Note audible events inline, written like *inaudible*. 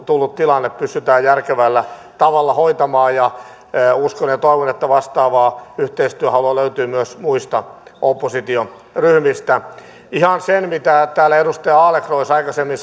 tullut tilanne pystytään järkevällä tavalla hoitamaan uskon ja toivon että vastaavaa yhteistyöhalua löytyy myös muista oppositioryhmistä ihan siihen mitä täällä edustaja adlercreutz aikaisemmin *unintelligible*